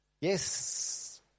Yes